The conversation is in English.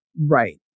Right